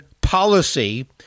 policy